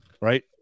Right